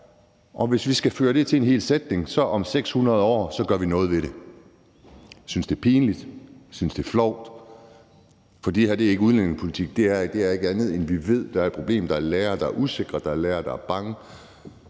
og hvis vi skal føre det til en hel sætning, så gør vi noget ved det om 600 år. Jeg synes, det er pinligt, jeg synes, det er flovt, for det her er ikke udlændingepolitik, det er ikke andet, end at vi ved, der er et problem, for der er lærere, der er usikre, der er lærere, der er bange,